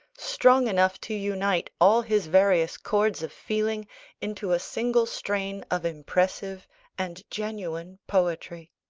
strong enough to unite all his various chords of feeling into a single strain of impressive and genuine poetry.